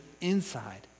inside